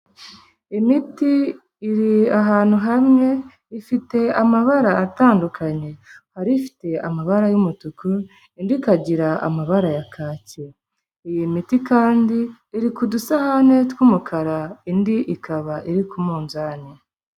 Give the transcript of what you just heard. Imiti iri ahantu hamwe, ifite amabara atandukanye, hari ifite amabara y'umutuku, indi ikagira amabara ya kacye, iyi miti kandi iri ku dusahane tw'umukara, indi ikaba iri ku munzani.